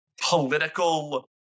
political